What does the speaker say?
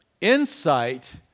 insight